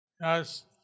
Yes